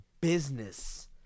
business